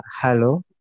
hello